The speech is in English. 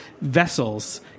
vessels